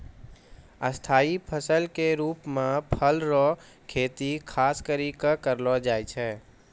स्थाई फसल के रुप मे फल रो खेती खास करि कै करलो जाय छै